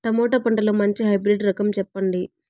Tomato పంటలో మంచి hybrid రకం చెప్పండి?